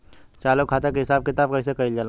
चालू खाता के हिसाब किताब कइसे कइल जाला?